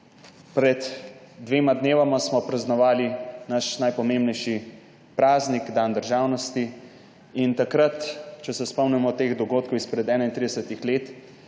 Pred dvema dnevoma smo praznovali naš najpomembnejši praznik – dan državnosti. Takrat, če se spomnimo teh dogodkov izpred 31 let,